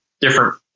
different